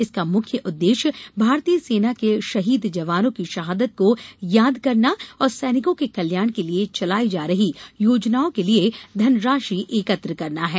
इसका मुख्य उद्देश्य भारतीय सेना के शहीद जवानों की शहादत को याद करना और सैनिकों के कल्याण के लिए चलाई जा रही योजनाओं के लिए धनराशि एकत्र करना हैं